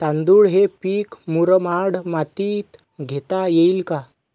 तांदूळ हे पीक मुरमाड मातीत घेता येईल का?